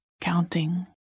counting